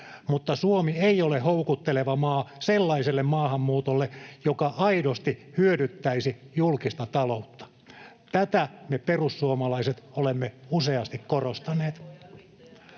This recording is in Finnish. mutta Suomi ei ole houkutteleva maa sellaiselle maahanmuutolle, joka aidosti hyödyttäisi julkista taloutta. Tätä me perussuomalaiset olemme useasti korostaneet.